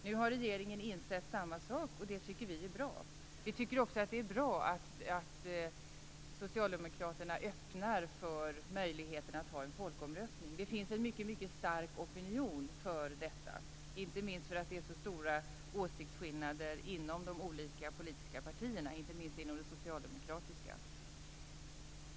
Nu har regeringen insett samma sak, och det tycker vi är bra. Jag tycker också att det är bra att socialdemokraterna öppnar för möjligheten att ha en folkomröstning. Det finns en mycket stark opinion för detta, inte minst därför att det är så stora åsiktsskillnader inom de olika politiska partierna, framför allt inom det socialdemokratiska.